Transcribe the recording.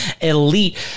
elite